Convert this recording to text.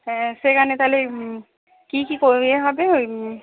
হ্যাঁ সেখানে তাহলে ওই কী কী কর ইয়ে হবে ওই